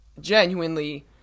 genuinely